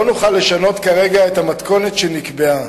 לא נוכל לשנות כרגע את המתכונת שנקבעה,